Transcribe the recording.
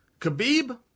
Khabib